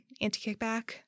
anti-kickback